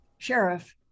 Sheriff